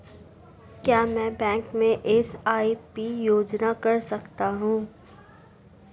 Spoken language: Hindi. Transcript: क्या मैं बैंक में एस.आई.पी योजना कर सकता हूँ?